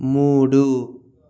మూడు